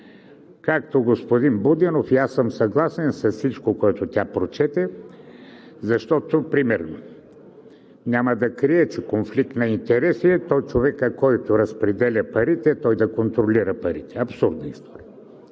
Както господин Будинов, и аз съм съгласен с всичко, което тя прочете, защото примерно – няма да крия, че конфликтът на интереси е в човека, който разпределя парите. Той да контролира парите – абсурдна история!